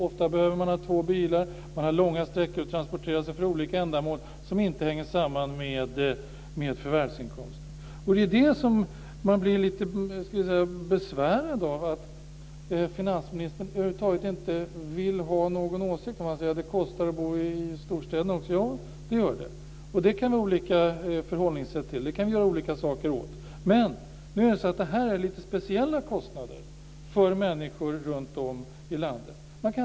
Ofta behövs det två bilar och det är långa transportsträckor för olika ändamål som inte hänger samman med förvärvsinkomsten. Vad man blir lite besvärad av är just att finansministern över huvud taget inte vill ha någon åsikt. Han säger att det kostar att bo också i storstäder, Ja, det gör det och där kan vi ha olika förhållningssätt och det kan vi åtgärda på olika sätt. Men här gäller det lite speciella kostnader för människor runtom i landet.